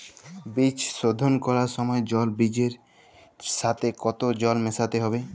বীজ শোধন করার সময় জল বীজের সাথে কতো জল মেশাতে হবে?